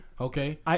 okay